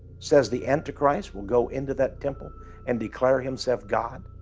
says the antichrist will go into that temple and declare himself god,